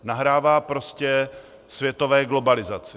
Nahrává prostě světové globalizaci.